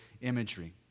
imagery